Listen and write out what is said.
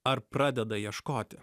ar pradeda ieškoti